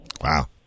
wow